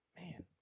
Man